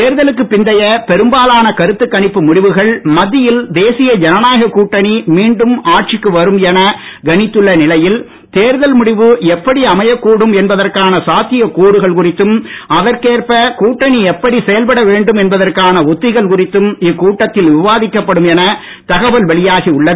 தேர்தலுக்கு பிந்தைய பெரும்பாலான கருத்துக் கணிப்பு முடிவுகள் மத்தியில் தேசிய ஜனநாயக கூட்டணி மீண்டும் ஆட்சிக்கு வரும் என கணித்துள்ள நிலையில் தேர்தல் முடிவு எப்படி அமையக்கூடும் என்பதற்கான சாத்தியக் கூறுகள் குறித்தும் அதற்கேற்ப கூட்டணி எப்படி செயல்பட வேண்டும் என்பதற்காள உத்திகள் குறித்தும் இக்கூட்டத்தில் விவாதிக்கப்படும் என தகவல் வெளியாகி உள்ளது